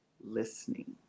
listening